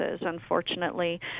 unfortunately